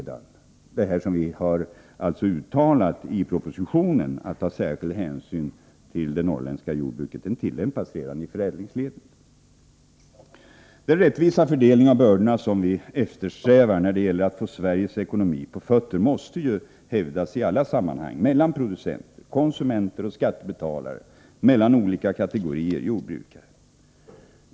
Det vi har uttalat i propositionen — att man skall ta särskild hänsyn till det norrländska jordbruket — tillämpas redan i förädlingsledet. Den rättvisa fördelning av bördorna som vi eftersträvar när det gäller att få Sveriges ekonomi på fötter måste hävdas i alla sammanhang — mellan producenter, konsumenter och skattebetalare, mellan olika kategorier jordbrukare.